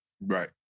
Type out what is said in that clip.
right